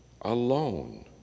alone